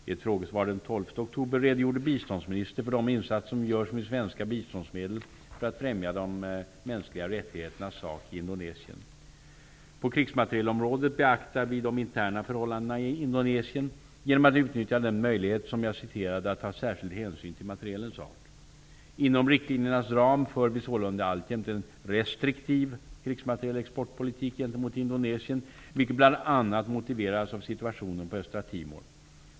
I ett frågesvar den 12 oktober redogjorde biståndsministern för de insatser som görs med svenska biståndsmedel för att främja de mänskliga rättigheternas sak i På krigsmaterielområdet beaktar vi de interna förhållandena i Indonesien genom att utnyttja den möjlighet som jag citerade, att ta särskild hänsyn till materielens art. Inom riktlinjernas ram för vi sålunda alltjämt en restriktiv krigsmaterielexportpolitik gentemot Indonesien, vilket bl.a. motiveras av situationen på Östra Timor.